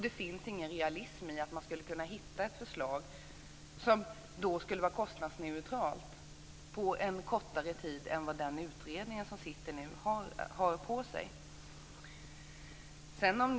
Det finns ingen realism i detta med att på kortare tid, jämfört med den tid som nu sittande utredning har på sig, hitta ett förslag som är kostnadsneutralt.